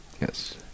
Yes